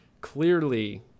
clearly